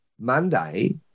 Monday